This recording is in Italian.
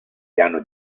piano